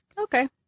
Okay